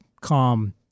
calm